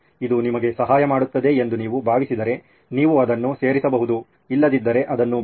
ಇದು ನಿಮಗೆ ಸಹಾಯ ಮಾಡುತ್ತದೆ ಎಂದು ನೀವು ಭಾವಿಸಿದರೆ ನೀವು ಅದನ್ನು ಸೇರಿಸಬಹುದು ಇಲ್ಲದಿದ್ದರೆ ಅದನ್ನು ಬಿಡಿ